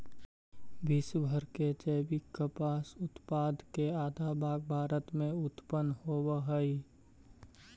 विश्व भर के जैविक कपास उत्पाद के आधा भाग भारत में उत्पन होवऽ हई